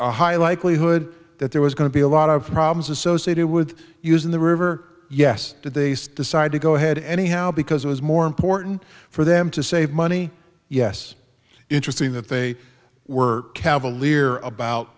a high likelihood that there was going to be a lot of problems associated with using the river yes did they sed decide to go ahead anyhow because it was more important for them to save money yes interesting that they were cavalier about